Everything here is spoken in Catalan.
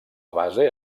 base